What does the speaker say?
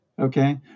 Okay